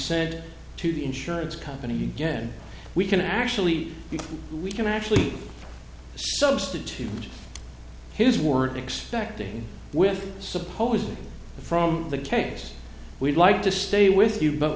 said to the insurance company again we can actually if we can actually substitute his word expecting with supposedly from the case we'd like to stay with you but